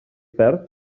perd